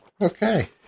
Okay